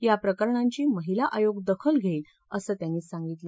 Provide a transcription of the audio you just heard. या प्रकरणांची महिला आयोग दखल घेईल असं त्यांनी सांगितलं